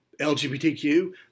LGBTQ